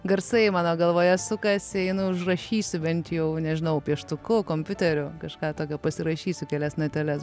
garsai mano galvoje sukasi eina užrašysiu bent jau nežinau pieštuku kompiuterio kažką tokio pasirašysiu kelias nateles